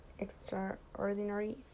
extraordinary